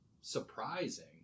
surprising